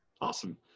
awesome